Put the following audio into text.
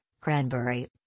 Cranberry